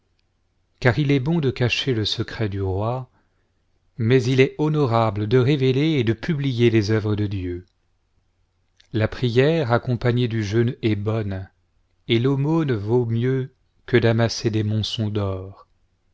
car il est bon de cacher le secret du roi mais il est honorable de révéler et de publier les œuvres de dieu la prière accompagnée du jeûne est bonne et l'aumône vaut mieux que d'amasser des monceaux d'or